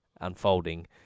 unfolding